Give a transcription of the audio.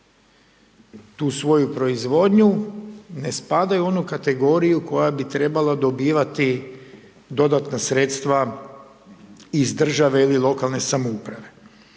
tu svoju proizvodnju ne spadaju u onu kategoriju koja bi trebala dobivati dodatna sredstva iz država ili lokalne samouprave.